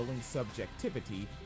subjectivity